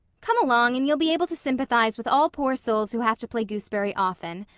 come along, and you'll be able to sympathize with all poor souls who have to play gooseberry often.